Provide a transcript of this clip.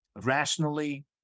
rationally